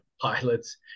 pilots